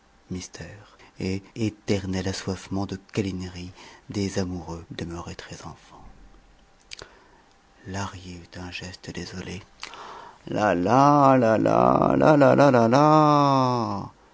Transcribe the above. mystère et éternel assoiffement de câlinerie des amoureux demeurés très enfants lahrier eut un geste désolé